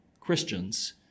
Christians